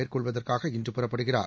மேற்கொள்வதற்காக இன்று புறப்படுகிறார்